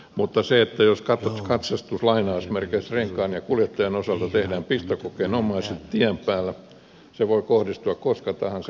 mutta jos katsastus renkaan ja kuljettajan osalta tehdään pistokokeenomaisesti tien päällä se voi kohdistua koska tahansa kehen tahansa